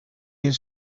has